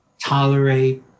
tolerate